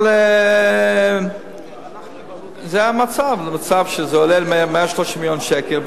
אבל זה המצב, שזה עולה 130 מיליון שקל.